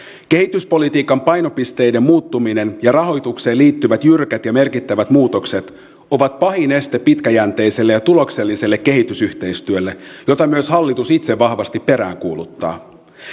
kehityspolitiikan painopisteiden muuttuminen ja rahoitukseen liittyvät jyrkät ja merkittävät muutokset ovat pahin este pitkäjänteiselle ja tulokselliselle kehitysyhteistyölle jota myös hallitus itse vahvasti peräänkuuluttaa